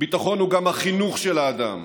ביטחון הוא גם החינוך של האדם,